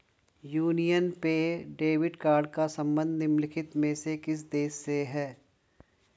Union पे debit card का संबंध निम्नलिखित में से किस देश से है?